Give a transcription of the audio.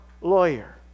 lawyer